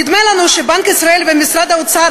נדמה לנו שבנק ישראל ומשרד האוצר,